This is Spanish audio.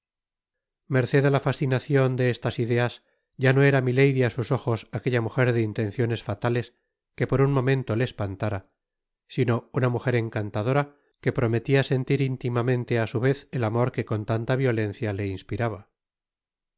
á la fascinacion de estas ideas ya no era milady á sus ojos aquella mujer de intenciones fatales que por un momento te espantara sino una mujer encantadora que prometia sentir intimamente á su vez el amor que con tanta violencia le inspiraba